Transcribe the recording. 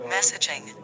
Messaging